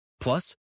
Plus